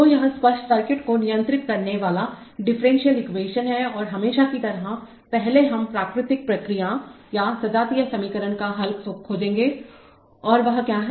तो यह सर्किट को नियंत्रित करने वाला डिफरेंशियल एक्वेशन है और हमेशा की तरह पहले हम प्राकृतिक प्रतिक्रिया या सजातीय समीकरण का हल खोजेंगे और वह क्या है